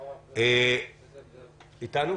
הוא איתנו?